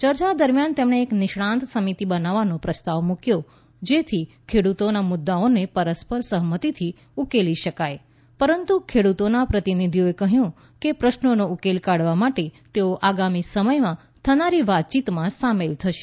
ચર્ચા દરમ્યાન તેમણે એક નિષ્ણાંત સમિતિ બનાવવાનો પ્રસ્તાવ મુક્યો જેથી ખેડૂતોના મુદ્દાઓને પરસ્પર સહમતીથી ઉકેલી શકાય પરંતુ ખેડૂતોના પ્રતિનિધિઓએ કહ્યું કે પ્રશ્નનો ઉકેલ કાઢવા માટે તેઓ આગામી સમયમાં થનારી વાતચીતમાં સામેલ થશે